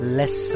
less